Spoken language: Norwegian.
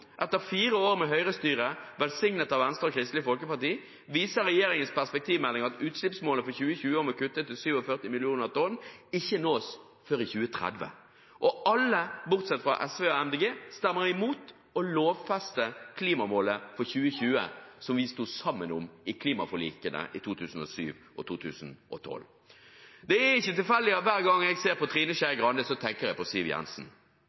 etter fire år med høyrestyre, velsignet av Venstre og Kristelig Folkeparti – viser regjeringens perspektivmelding at utslippsmålet for 2020 om å kutte til 47 millioner tonn ikke nås før i 2030. Alle bortsett fra SV og Miljøpartiet De Grønne stemmer imot å lovfeste klimamålet for 2020, som vi sto sammen om i klimaforlikene i 2007 og 2012. Det er ikke tilfeldig at hver gang jeg ser på Trine Skei Grande, så tenker jeg på Siv Jensen.